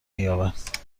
مییابد